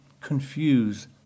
confuse